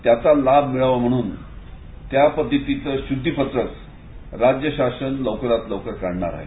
त्याचा लाभ मिळावा म्हणून त्या पद्धतीचं शुद्धीपत्रक राज्य शासन लवकरात लवकर काढणार आहे